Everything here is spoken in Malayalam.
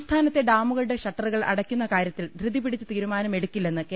സംസ്ഥാനത്തെ ഡാമുകളുടെ ഷട്ടറുകൾ അടയ്ക്കുന്ന കാര്യ ത്തിൽ ധൃതി പിടിച്ച് തീരുമാനമെടുക്കില്ലെന്ന് കെ